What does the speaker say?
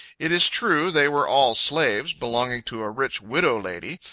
it is true, they were all slaves, belonging to a rich widow lady.